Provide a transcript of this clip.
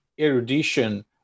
erudition